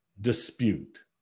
dispute